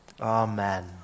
Amen